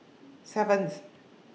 seventh